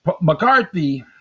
McCarthy